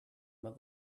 about